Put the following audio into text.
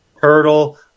turtle